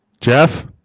Jeff